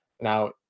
now